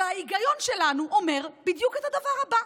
וההיגיון שלנו אומר בדיוק את הדבר הבא: